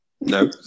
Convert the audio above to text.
no